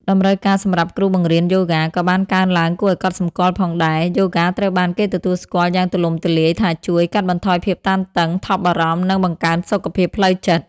តម្រូវការសម្រាប់គ្រូបង្រៀនយូហ្គាក៏បានកើនឡើងគួរឱ្យកត់សម្គាល់ផងដែរ។ យូហ្គាត្រូវបានគេទទួលស្គាល់យ៉ាងទូលំទូលាយថាជួយ កាត់បន្ថយភាពតានតឹង ថប់បារម្ភ និងបង្កើនសុខភាពផ្លូវចិត្ត។